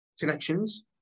connections